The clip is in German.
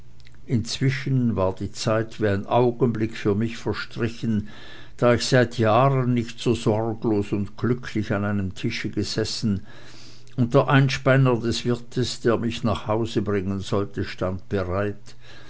inzwischen war die zeit wie ein augenblick für mich verstrichen da ich seit jahren nicht so sorglos und glücklich an einem tische gesessen und der einspänner des wirtes der mich nach hause bringen sollte stand bereit